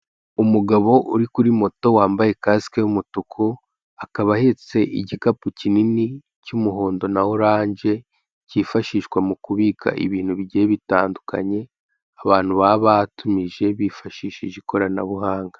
Umugabo uri kuri moto wambaye kasike y'umutuku, akaba ahetse igikapu kinini cy'umuhondo na oranje cyifashishwa mu kubika ibintu bigiye bitandukanye abantu baba batumije bifashishije ikoranabuhanga.